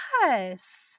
Yes